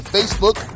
Facebook